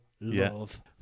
Love